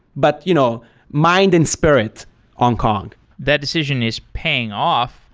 but you know mind and spirit on kong that decision is paying off.